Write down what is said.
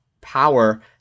power